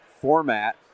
format